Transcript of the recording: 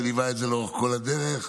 שליווה את זה לאורך כל הדרך,